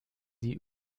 sie